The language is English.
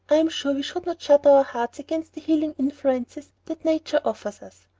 i am sure we should not shut our hearts against the healing influences that nature offers us.